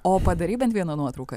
o padarei bent vieną nuotrauką